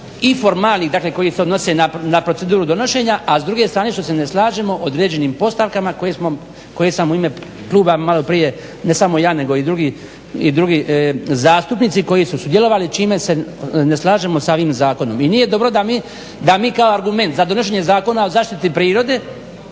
i formalnih, dakle koji se odnose na proceduru donošenja. A s druge strane što se ne slažemo o određenim postavkama koje sam u ime kluba malo prije ne samo ja, nego i drugi zastupnici koji su sudjelovali čime se ne slažemo sa ovim zakonom. I nije dobro da mi kao argument za donošenje Zakona o zaštiti prirode